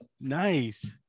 Nice